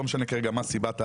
לא משנה כרגע מה סיבת העזיבה,